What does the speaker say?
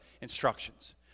instructions